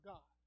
God